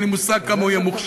אין לי מושג כמה הוא יהיה מוכשר,